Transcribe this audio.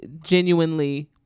genuinely